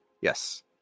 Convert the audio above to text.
Yes